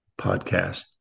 podcast